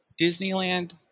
Disneyland